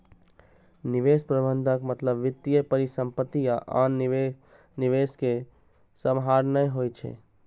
निवेश प्रबंधनक मतलब वित्तीय परिसंपत्ति आ आन निवेश कें सम्हारनाय होइ छै